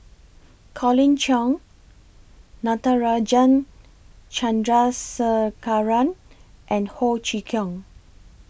Colin Cheong Natarajan Chandrasekaran and Ho Chee Kong